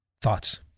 Thoughts